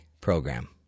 program